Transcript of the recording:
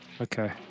Okay